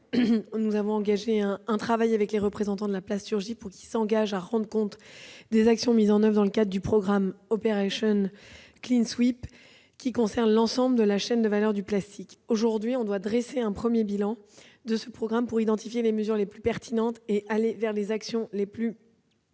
Nous avons engagé un travail avec les représentants de la plasturgie pour que ceux-ci s'engagent à rendre compte des actions mises en oeuvre dans le cadre du programme Opération Clean Sweep, qui concerne l'ensemble de la chaîne de valeur du plastique. Nous devons dresser un premier bilan de ce programme afin d'identifier les mesures les plus pertinentes et de déterminer les actions les plus